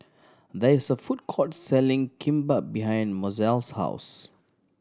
there is a food court selling Kimbap behind Mozelle's house